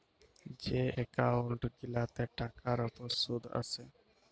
যে এক্কাউল্ট গিলাতে টাকার উপর সুদ আসে